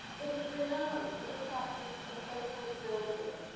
it is renowned for his practice of so called, bouldering.